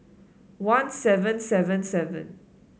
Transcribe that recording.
one seven seven seven